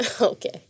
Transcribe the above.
Okay